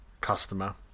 customer